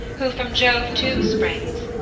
who from jove too springs,